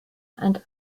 and